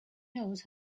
knows